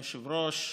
אדוני היושב-ראש,